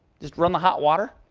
just run the hot water.